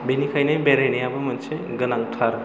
बेनिखायनो बेरायनायाबो मोनसे गोनांथार